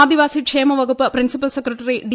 ആദിവാസി ക്ഷേമ വകുപ്പ് principal secretary D